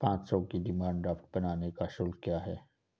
पाँच सौ के डिमांड ड्राफ्ट बनाने का शुल्क क्या है?